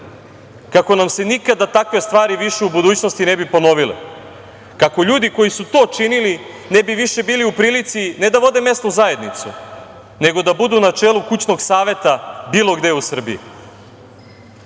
kako nam se nikada takve stvari više u budućnosti ne bi ponovile, kako ljudi koji su to činili ne bi više bili u prilici ne da vode mesnu zajednicu nego da budu na čelu kućnog saveta bilo gde u Srbiji. Kada